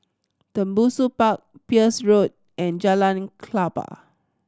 Tembusu Park Peirce Road and Jalan Klapa